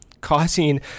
causing